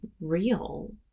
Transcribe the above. real